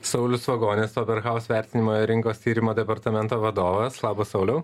saulius vagonis oberhaus vertinimo ir rinkos tyrimo departamento vadovas labas sauliau